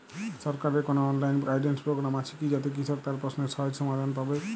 সরকারের কোনো online guidance programme আছে কি যাতে কৃষক তার প্রশ্নের সহজ সমাধান পাবে?